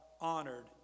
honored